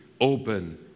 open